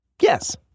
Yes